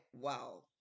wow